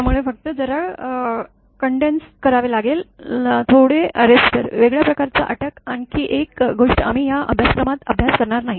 त्यामुळे फक्त जरा कॉन्डेन्स करावे लागेल थोडे अरेस्टर वेगळ्या प्रकारची अटक आणखी एक गोष्ट आम्ही या अभ्यासक्रमात अभ्यास करणार नाही